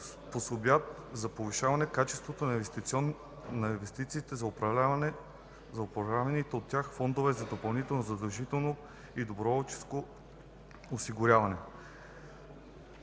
способства за повишаване качеството на инвестициите на управляваните от тях фондове за допълнително задължително и доброволно осигуряване.